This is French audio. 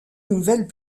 nouvelles